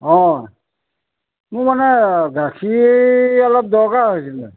অ মোৰ মানে গাখীৰ অলপ দৰকাৰ হৈছিল